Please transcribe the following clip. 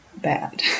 bad